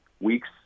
weeks